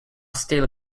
still